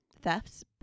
thefts